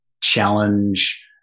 challenge